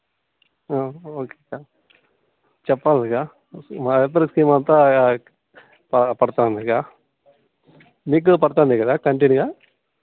okay అక్క చెప్పాలి అక్క మా దగ్గర స్కీమ్ అంతా ప పడతుంది అక్క మీకు పడతుంది కదా కంటిన్యూగా